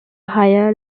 higher